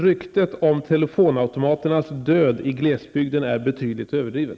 Ryktet om telefonautomaternas död i glesbygden är betydligt överdrivet.